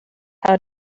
how